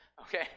okay